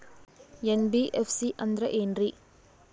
NBFC ಅಂದ್ರ ಏನ್ರೀ?